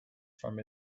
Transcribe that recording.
from